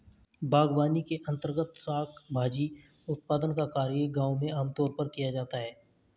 बागवानी के अंर्तगत शाक भाजी उत्पादन का कार्य गांव में आमतौर पर किया जाता है